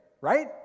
right